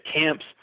camps